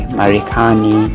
Marikani